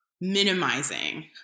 minimizing